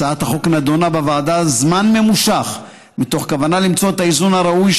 הצעת החוק נדונה בוועדה זמן ממושך מתוך כוונה למצוא את האיזון הראוי,